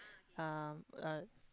um uh